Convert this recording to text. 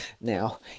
now